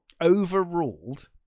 Overruled